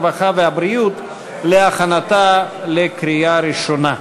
הרווחה והבריאות להכנתה לקריאה הראשונה.